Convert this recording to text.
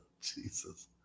Jesus